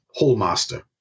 Hallmaster